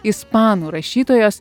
ispanų rašytojos